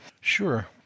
Sure